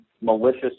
malicious